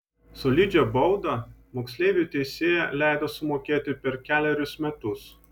solidžią baudą moksleiviui teisėja leido sumokėti per kelerius metus